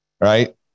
right